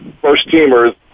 first-teamers